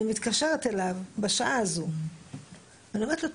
אני מתקשרת אליו בשעה הזו ואני אומרת לו,